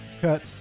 cut